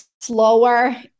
slower